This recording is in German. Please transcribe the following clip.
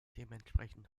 dementsprechend